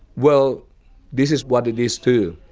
well this is what it is too,